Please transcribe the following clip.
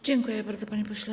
Dziękuję bardzo, panie pośle.